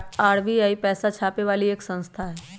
RBI पैसा छापे वाली एक संस्था हई